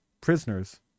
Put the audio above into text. prisoners